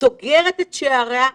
סוגרת את שעריה,